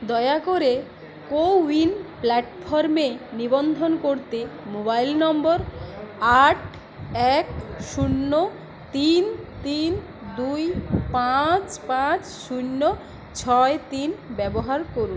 দয়া করে CoWIN প্ল্যাটফর্মে নিবন্ধন করতে মোবাইল নম্বর আট এক শূন্য তিন তিন দুই পাঁচ পাঁচ শূন্য ছয় তিন ব্যবহার করুন